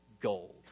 gold